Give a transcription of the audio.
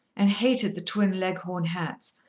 and hated the twin leghorn hats,